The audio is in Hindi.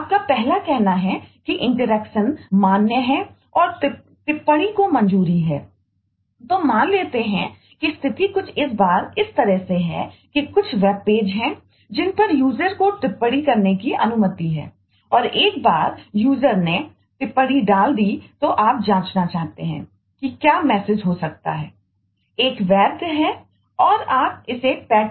आपका पहला कहना है कि इंटरेक्शनहै